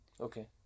Okay